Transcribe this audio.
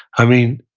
i mean,